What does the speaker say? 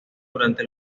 durante